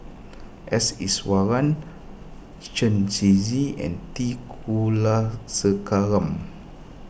S Iswaran Chen Shiji and T Kulasekaram